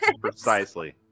Precisely